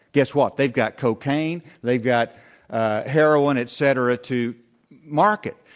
guess what, they've got cocaine, they've got heroin, et cetera, to market.